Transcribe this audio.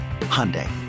Hyundai